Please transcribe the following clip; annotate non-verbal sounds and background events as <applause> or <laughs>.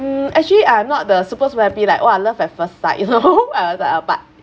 mm actually I'm not the super super happy like !whoa! love at first sight you know <laughs> but uh but